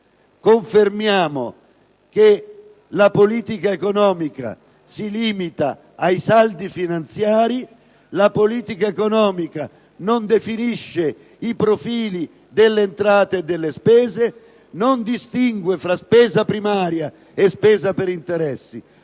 confermiamo che la politica economica si limita ai saldi finanziari, non definisce i profili delle entrate e delle spese e non distingue fra spesa primaria e spesa per interessi?